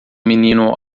menino